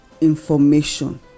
information